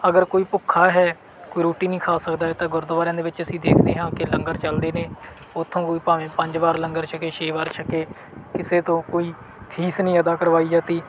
ਅਗਰ ਕੋਈ ਭੁੱਖਾ ਹੈ ਕੋਈ ਰੋਟੀ ਨਹੀਂ ਖਾ ਸਕਦਾ ਤਾਂ ਗੁਰਦੁਆਰਿਆਂ ਦੇ ਵਿੱਚ ਅਸੀਂ ਦੇਖਦੇ ਹਾਂ ਕਿ ਲੰਗਰ ਚੱਲਦੇ ਨੇ ਉੱਥੋਂ ਕੋਈ ਭਾਵੇਂ ਪੰਜ ਵਾਰ ਲੰਗਰ ਛਕੇ ਛੇ ਵਾਰ ਛਕੇ ਕਿਸੇ ਤੋਂ ਕੋਈ ਫੀਸ ਨਹੀਂ ਅਦਾ ਕਰਵਾਈ ਜਾਂਦੀ